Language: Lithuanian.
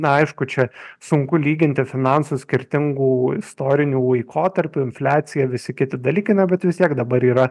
na aišku čia sunku lyginti finansų skirtingų istorinių laikotarpių infliacija visi kiti dalykai na bet vis tiek dabar yra